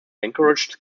encourage